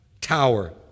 Tower